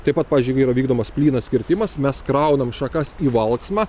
taip pat pavyzdžiui yra vykdomas plynas kirtimas mes kraunam šakas į valksmą